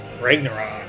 Ragnarok